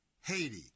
Haiti